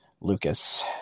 Lucas